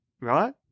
right